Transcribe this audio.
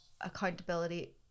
accountability